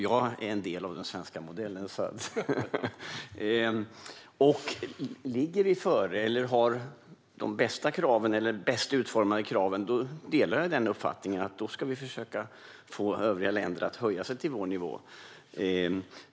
Jag är en del av den svenska modellen; om vi ligger före eller har de bästa eller bäst utformade kraven delar jag uppfattningen att vi ska försöka få övriga länder att höja sig till vår nivå.